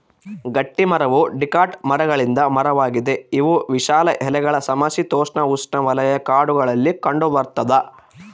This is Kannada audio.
ಗಟ್ಟಿಮರವು ಡಿಕಾಟ್ ಮರಗಳಿಂದ ಮರವಾಗಿದೆ ಇವು ವಿಶಾಲ ಎಲೆಗಳ ಸಮಶೀತೋಷ್ಣಉಷ್ಣವಲಯ ಕಾಡುಗಳಲ್ಲಿ ಕಂಡುಬರ್ತದ